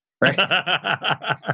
right